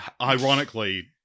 ironically